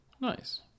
Nice